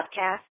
podcast